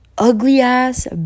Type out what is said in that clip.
Ugly-ass